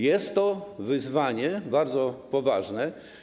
Jest to wyzwanie bardzo poważne.